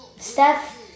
Steph